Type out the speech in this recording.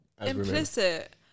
Implicit